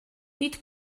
nid